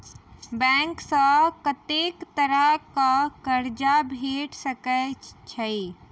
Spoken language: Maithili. बैंक सऽ कत्तेक तरह कऽ कर्जा भेट सकय छई?